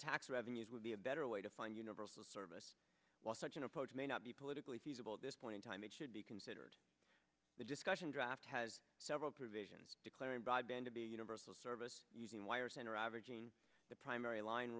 tax revenues would be a better way to find universal service while such an approach may not be politically feasible at this point in time it should be considered the discussion draft has several provisions declaring broadband to be universal service using wire center averaging the primary line